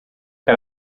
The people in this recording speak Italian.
che